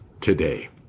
today